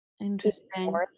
interesting